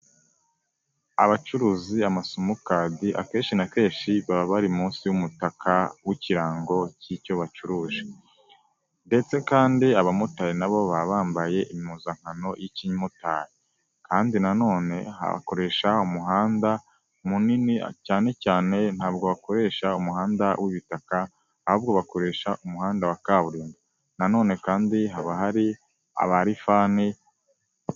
Abacuruzi bama simukadi akenshi na kenshi baba bari munsi y'umutaka w'ikirango cy'icyo bacuruje ndetse kandi abamotari nabo baba bambaye impuzankano y'ikimotari kandi na none hakoresha umuhanda munini cyane cyane ntabwo bakoresha umuhanda w'ibitaka ahubwo bakoresha umuhanda wa kaburimbo na none kandi haba hari abalifani.